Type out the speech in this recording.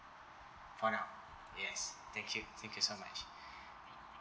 for now yes thank you thank you so much